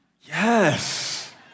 Yes